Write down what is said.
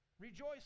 Rejoice